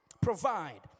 provide